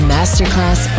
Masterclass